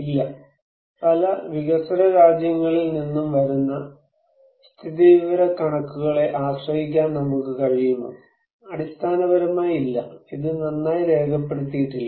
ഇല്ല പല വികസ്വര രാജ്യങ്ങളിൽ നിന്നും വരുന്ന സ്ഥിതിവിവരക്കണക്കുകളെ ആശ്രയിക്കാൻ നമുക്ക് കഴിയുമോ അടിസ്ഥാനപരമായി ഇല്ല ഇത് നന്നായി രേഖപ്പെടുത്തിയിട്ടില്ല